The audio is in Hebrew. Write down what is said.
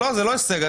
לא, זה לא הישג.